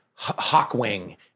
Hawkwing